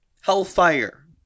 hellfire